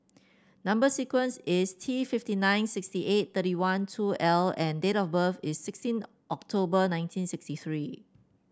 number sequence is T fifty nine sixty eight thirty one two L and date of birth is sixteen October nineteen sixty three